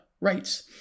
Rights